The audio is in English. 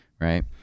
Right